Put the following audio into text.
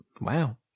Wow